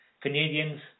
Canadians